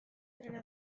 trena